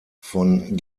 von